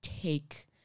take